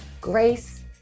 grace